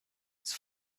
its